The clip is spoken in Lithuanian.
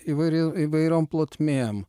įvariai įvairiom plotmėm